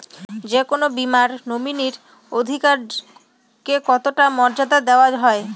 যে কোনো বীমায় নমিনীর অধিকার কে কতটা মর্যাদা দেওয়া হয়?